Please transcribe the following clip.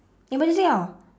emergency how